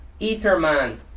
Etherman